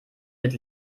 mit